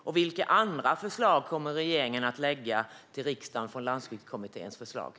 Och vilka andra förslag, baserade på Landsbygdskommitténs förslag, kommer regeringen att lägga fram till riksdagen?